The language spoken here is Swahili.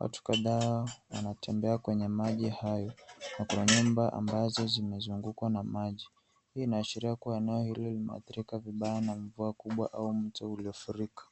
Watu kadhaa wanatembea kwenye maji haya na kuna nyumba ambazo zimezungukwa na maji. Hii inaashiria kuwa eneo hili limeathirika vibaya na mvua kubwa au mto uliofurika.